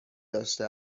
داشته